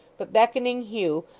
but beckoning hugh,